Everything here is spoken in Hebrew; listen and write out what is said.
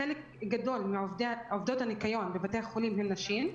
חלק גדול מעובדות הניקיון בבתי החולים הן נשים,